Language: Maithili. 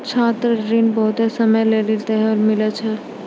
छात्र ऋण बहुते समय लेली सेहो मिलै छै